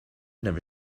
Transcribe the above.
never